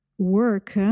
Work